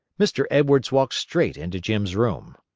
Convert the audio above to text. mr. edwards walked straight into jim's room.